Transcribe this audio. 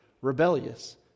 rebellious